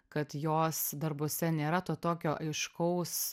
kad jos darbuose nėra to tokio aiškaus